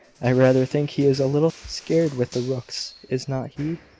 i rather think he is a little scared with the rooks, is not he?